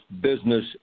business